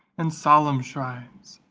and solemn shrines,